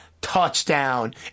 touchdown